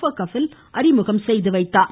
per Kapil அறிமுகம் செய்தார்